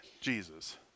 Jesus